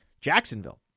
Jacksonville